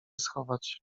schować